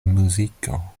muziko